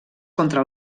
contra